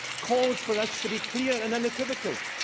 calls for us to be clear and unequivocal.